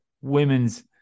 women's